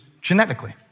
genetically